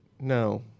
No